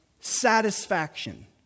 satisfaction